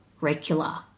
regular